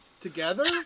together